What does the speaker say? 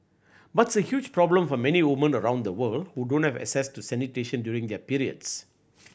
but it's a huge problem for many women around the world who don't have access to sanitation during their periods